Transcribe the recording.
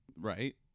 right